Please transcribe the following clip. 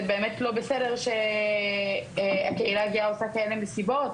זה באמת לא בסדר שהקהילה הגאה עושה כאלה מסיבות,